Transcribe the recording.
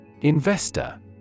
Investor